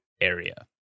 area